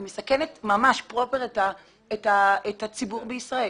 אני מסכנת בכך את הציבור בישראל.